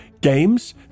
games